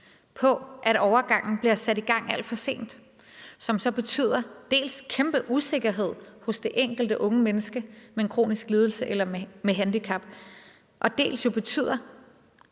på, at overgangen bliver sat i gang alt for sent. Og det betyder så dels en kæmpe usikkerhed hos det enkelte unge menneske med en kronisk lidelse eller med et handicap, dels, at